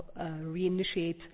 reinitiate